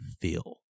feel